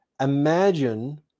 Imagine